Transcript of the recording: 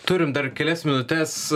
turim dar kelias minutes